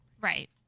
right